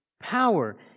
power